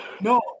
no